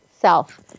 self